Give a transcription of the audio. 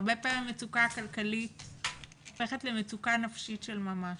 הרבה פעמים מצוקה כלכלית הופכת למצוקה נפשית של ממש.